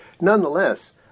Nonetheless